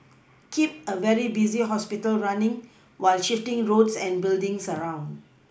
keep a very busy hospital running while shifting roads and buildings around